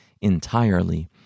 entirely